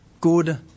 good